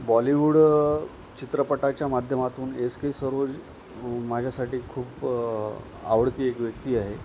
बॉलिवूड चित्रपटाच्या माध्यमातून S K Saroj माझ्यासाठी खूप आवडती एक व्यक्ती आहे